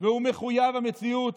והוא מחויב המציאות.